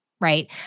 right